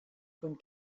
von